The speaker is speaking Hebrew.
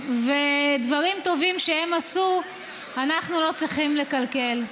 ודברים טובים שהם עשו אנחנו לא צריכים לקלקל.